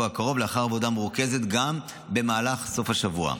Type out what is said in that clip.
הקרוב לאחר עבודה מרוכזת גם במהלך סוף השבוע.